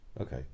Okay